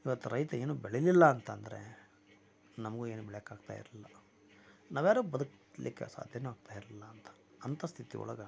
ಇವತ್ತು ರೈತ ಏನು ಬೆಳಿಲಿಲ್ಲ ಅಂತಂದರೆ ನಮಗೂ ಏನು ಬೆಳಿಯಕ್ಕೆ ಆಗ್ತಾಯಿರಲಿಲ್ಲ ನಾವುಯಾರು ಬದುಕಲಿಕ್ಕೆ ಸಾಧ್ಯ ಆಗ್ತಾಯಿರಲಿಲ್ಲ ಅಂತ ಅಂತ ಸ್ಥಿತಿ ಒಳಗೆ